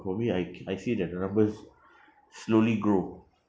for me I c~ I see that the numbers slowly grow